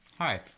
Hi